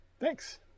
Thanks